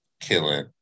killing